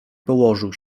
położył